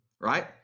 right